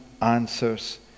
answers